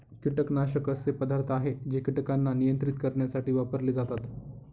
कीटकनाशक असे पदार्थ आहे जे कीटकांना नियंत्रित करण्यासाठी वापरले जातात